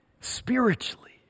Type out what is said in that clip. Spiritually